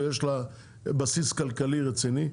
ויש לה בסיס כלכלי רציני,